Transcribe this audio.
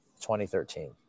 2013